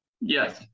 yes